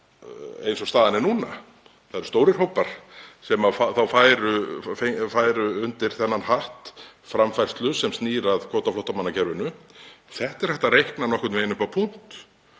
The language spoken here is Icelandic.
eins og staðan er núna. Það eru stórir hópar sem færu undir þennan hatt framfærslu sem snýr að kvótaflóttamannakerfinu. Þetta er hægt að reikna nokkurn veginn upp á punkt.